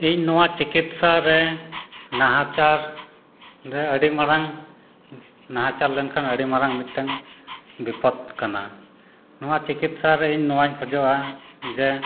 ᱤᱧ ᱱᱚᱣᱟ ᱪᱤᱠᱤᱛᱥᱟ ᱨᱮ ᱱᱟᱦᱟᱪᱟᱨ ᱨᱮ ᱟᱹᱰᱤ ᱢᱟᱨᱟᱝ ᱱᱟᱦᱟᱪᱟᱨ ᱞᱮᱱᱠᱷᱟᱱ ᱟᱹᱰᱤ ᱢᱟᱨᱟᱝ ᱢᱤᱫᱴᱟᱹᱝ ᱵᱤᱯᱚᱫᱽ ᱠᱟᱱᱟ ᱱᱚᱣᱟ ᱪᱤᱠᱤᱛᱥᱟᱨᱮ ᱤᱧ ᱱᱚᱣᱟᱧ ᱠᱷᱚᱡᱚᱜᱼᱟ ᱡᱮ